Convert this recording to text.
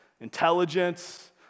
intelligence